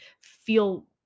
feel